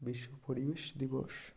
বিশ্ব পরিবেশ দিবস